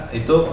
itu